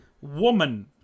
Woman